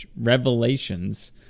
revelations